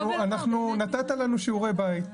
נתת לנו שיעורי בית.